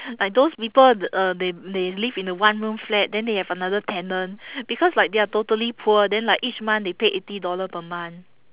like those people uh they they live in a one room flat then they have another tenant because like they are totally poor then like each month they pay eighty dollar per month